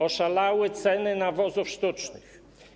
Oszalały ceny nawozów sztucznych.